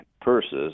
purses